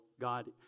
God